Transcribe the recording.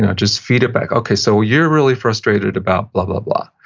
and just feed it back, okay, so you're really frustrated about blah, blah, blah,